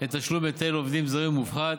לתשלום היטל עובדים זרים מופחת,